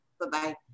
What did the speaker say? Bye-bye